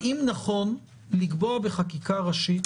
האם נכון לקבוע בחקיקה ראשית